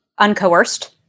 Uncoerced